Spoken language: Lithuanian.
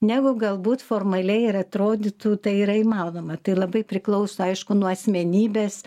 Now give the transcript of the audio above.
negu galbūt formaliai ir atrodytų tai yra įmanoma tai labai priklauso aišku nuo asmenybės